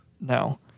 No